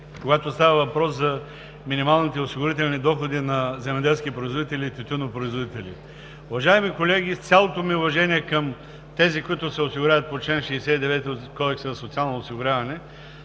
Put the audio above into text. когато става въпрос за минималните осигурителни доходи на земеделски производители и тютюнопроизводители. Уважаеми колеги, с цялото ми уважение към тези, които се осигуряват по чл. 69 от Кодекса за социално осигуряване,